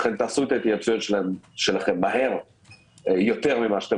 לכן תעשו את ההתייעצויות שלכם מהר יותר ממה שאתם